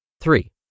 Three